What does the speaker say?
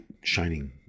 shining